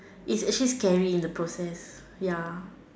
it's actually scary in the process ya